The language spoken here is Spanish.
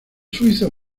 suizo